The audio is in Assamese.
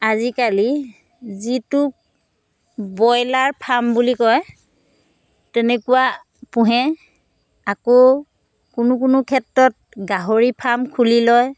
আজিকালি যিটো ব্ৰইলাৰ ফ্ৰাম বুলি কয় তেনেকুৱা পুহে আকৌ কোনো কোনো ক্ষেত্ৰত গাহৰি ফাৰ্ম খুলি লয়